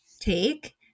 take